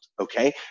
okay